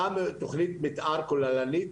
אותה תכנית מתאר כוללנית,